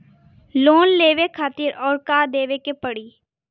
Loan लेवे खातिर अउर का देवे के पड़ी?